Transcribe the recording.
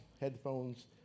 headphones